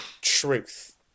truth